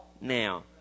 Now